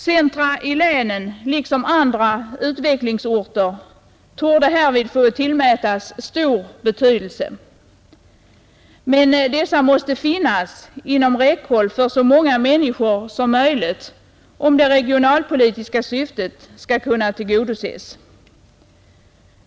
Centra i länen liksom andra utvecklingsorter torde härvid få tillmätas stor betydelse. Men dessa måste finnas inom räckhåll för så många människor som möjligt om det regionalpolitiska syftet skall kunna tillgodoses.